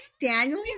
Daniel